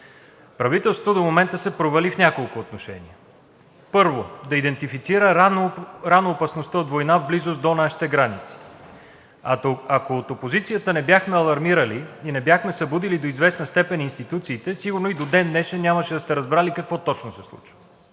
Правителството до момента се провали в няколко отношения. Първо, да идентифицира рано опасността от война в близост до нашата граница. Ако от опозицията не бяхме алармирали и не бяхме събудили до известна степен институциите, сигурно и до ден днешен нямаше да сте разбрали какво точно се случва.